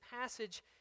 passage